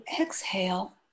exhale